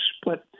split